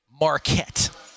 Marquette